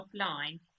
offline